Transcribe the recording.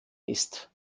ist